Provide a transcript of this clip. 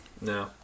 No